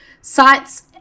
sites